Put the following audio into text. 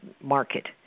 market